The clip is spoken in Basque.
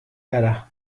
gara